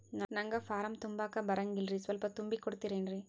ನಂಗ ಫಾರಂ ತುಂಬಾಕ ಬರಂಗಿಲ್ರಿ ಸ್ವಲ್ಪ ತುಂಬಿ ಕೊಡ್ತಿರೇನ್ರಿ?